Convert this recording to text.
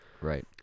Right